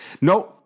no